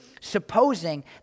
supposing